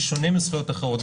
בשונה מזכויות אחרות,